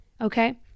Okay